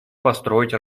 построить